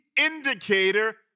indicator